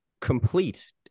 complete